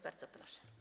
Bardzo proszę.